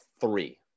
three